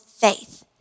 faith